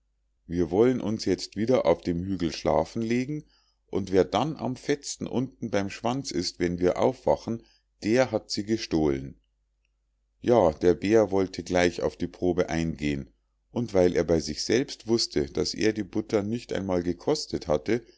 wir wollen uns jetzt wieder auf dem hügel schlafen legen und wer dann am fettsten unten beim schwanz ist wenn wir aufwachen der hat sie gestohlen ja der bär wollte gleich auf die probe eingehen und weil er bei sich selbst wußte daß er die butter nicht einmal gekostet hatte